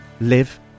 live